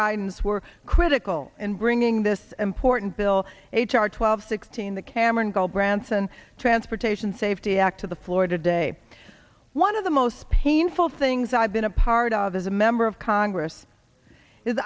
guidance were critical in bringing this important bill h r twelve sixteen the cameron call branson transportation safety act to the floor today one of the most painful things i've been a part of as a member of congress is